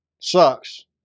sucks